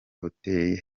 hotel